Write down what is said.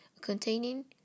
containing